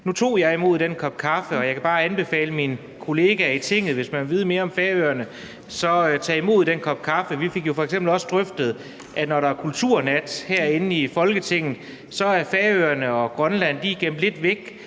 Nu tog jeg imod den kop kaffe, og jeg kan bare anbefale mine kollegaer i Tinget, at hvis man vil vide mere om Færøerne, så tag imod den kop kaffe. Vi fik f.eks. også drøftet, at når der er kulturnat herinde i Folketinget, er Færøerne og Grønland gemt lidt væk